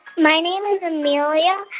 my name is amelia,